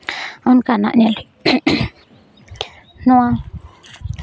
ᱚᱱᱠᱟᱱᱟᱜ ᱧᱮᱞ ᱱᱚᱣᱟ